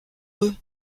eux